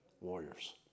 warriors